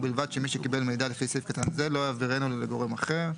ובלבד שמי שקיבל מידע לפי סעיף קטן זה לא יעבירנו לגורם אחר,